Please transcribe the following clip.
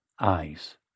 eyes